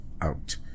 out